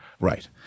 Right